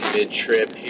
mid-trip